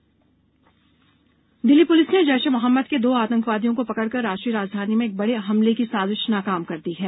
दिल्ली आतंकवादी दिल्ली पुलिस ने जैश ए मोहम्मद के दो आतंकवादियों को पकड़ कर राष्ट्रीय राजधानी में एक बड़े हमले की साजिश नाकाम कर दी है